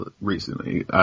recently